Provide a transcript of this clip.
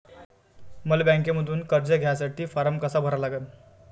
मले बँकेमंधून कर्ज घ्यासाठी फारम कसा भरा लागन?